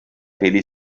peli